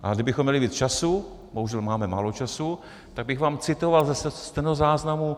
A kdybychom měli víc času, bohužel máme málo času, tak bych vám citoval ze stenozáznamu.